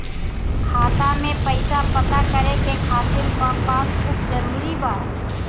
खाता में पईसा पता करे के खातिर पासबुक जरूरी बा?